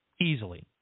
easily